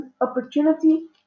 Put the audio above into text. opportunity